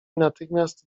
natychmiast